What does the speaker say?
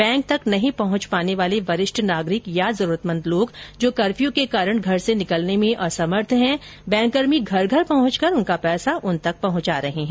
bank तक नहीं पहुंच पाने वाले वरिष्ठ नागरिक या जरूरतमंद लोग जो कर्फ्यू के कारण घर से निकलने में असमर्थ है बैंककर्मी घर घर पहुंचकर उनका पैसा उन तक पहुंचा रहे है